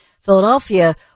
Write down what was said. Philadelphia